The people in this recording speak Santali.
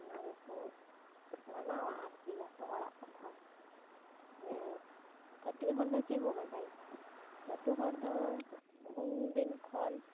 ᱚᱱᱟ ᱜᱮᱠᱚ ᱢᱟᱱᱟᱣᱟ ᱟᱨᱠᱤ ᱞᱟᱹᱴᱩ ᱦᱚᱲᱟᱜ ᱠᱟᱛᱷᱟ ᱡᱮ ᱠᱟᱹᱴᱤᱡ ᱦᱚᱲ ᱫᱚ ᱪᱮᱫ ᱵᱚ ᱵᱟᱰᱟᱭᱟ ᱞᱟᱹᱴᱩ ᱦᱚᱲ ᱫᱚ ᱩᱱᱫᱤᱱ ᱠᱷᱚᱱ